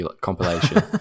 compilation